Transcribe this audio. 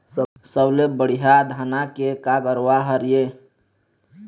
सबले बढ़िया धाना के का गरवा हर ये?